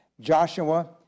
Joshua